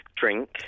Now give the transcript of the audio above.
drink